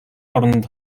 оронд